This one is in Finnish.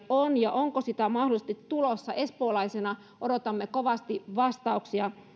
on ja onko sitä mahdollisesti tulossa espoolaisena odotan ja odotamme kovasti vastauksia